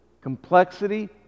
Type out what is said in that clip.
complexity